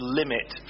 limit